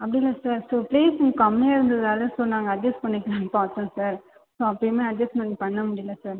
அப்படி இல்லை sir so ப்ளேஸும் கம்மியாக இருந்ததால் ஸோ நாங்கள் அட்ஜஸ் பண்ணிக்கலாம்னு பார்த்தோம் சார் ஸோ அப்பயுமே அட்ஜஸ்மெண்ட் பண்ண முடியலை சார்